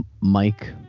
Mike